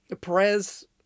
Perez